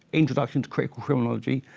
introduction to critical criminology,